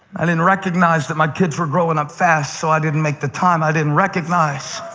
i didn't recognize that my kids were growing up fast, so i didn't make the time. i didn't recognize